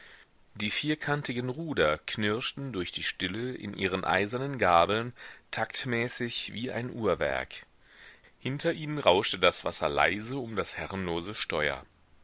die vierkantigen ruder knirschten durch die stille in ihren eisernen gabeln taktmäßig wie ein uhrwerk hinter ihnen rauschte das wasser leise um das herrenlose steuer